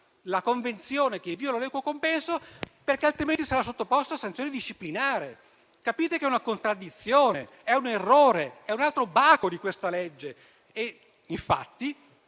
la convenzione che viola l'equo compenso, altrimenti sarà sottoposto a sanzione disciplinare. Capite che è una contraddizione, un errore, un altro baco di questa legge? Infatti,